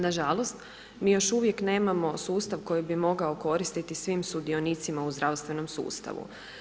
Nažalost, mi još uvijek nemamo sustav koji bi mogao koristiti svim sudionicima u zdravstvenom sustavu.